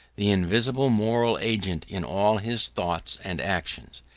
the invisible moral agent in all his thoughts and actions.